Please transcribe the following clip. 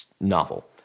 novel